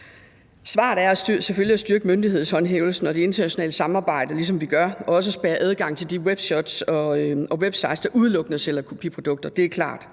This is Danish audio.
Svaret er selvfølgelig at styrke myndighedshåndhævelsen og det internationale samarbejde, ligesom vi også spærrer adgang til de webshops og websites, der udelukkende sælger kopiprodukter. Det er klart.